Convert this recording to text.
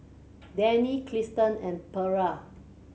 Danny Krysta and Perla